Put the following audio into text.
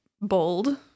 bold